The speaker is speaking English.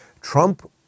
Trump